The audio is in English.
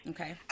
Okay